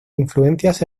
influencias